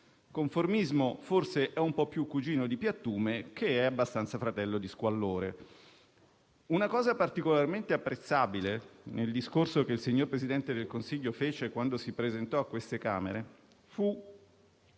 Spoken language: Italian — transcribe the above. "conformismo" forse è un po' più cugino di "piattume", che è abbastanza fratello di "squallore". Una cosa particolarmente apprezzabile nel discorso che il signor Presidente del Consiglio fece quando si presentò a queste Camere fu